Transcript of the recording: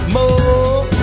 More